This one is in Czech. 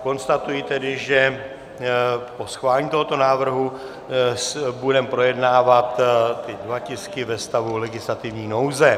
Konstatuji tedy, že po schválení tohoto návrhu budeme projednávat ty dva tisky ve stavu legislativní nouze.